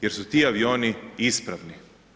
Jer su ti avioni ispravni.